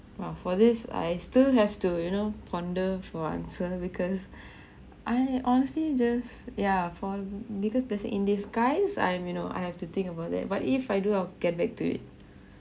!wow! for this I still have to you know ponder for answer because I honestly just yeah fall because biggest blessing in disguise I'm you know I have to think about that but if I do I'll get back to it